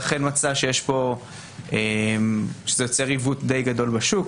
ואכן מצא שזה יוצר עיוות די גדול בשוק.